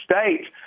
States